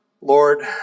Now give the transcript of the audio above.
Lord